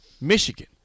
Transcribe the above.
Michigan